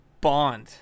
Bond